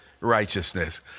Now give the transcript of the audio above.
righteousness